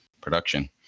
production